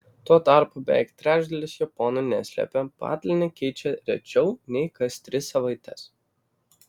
tuo tarpu beveik trečdalis japonų neslėpė patalynę keičią rečiau nei kas tris savaites